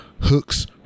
Hooks